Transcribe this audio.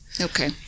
Okay